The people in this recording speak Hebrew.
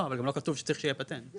לא אבל גם לא כתוב שצריך שיהיה פטנט.